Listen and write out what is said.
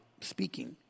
speaking